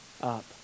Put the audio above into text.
up